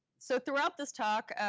so throughout this talk,